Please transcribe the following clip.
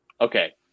Okay